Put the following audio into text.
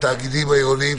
התאגידים העירוניים.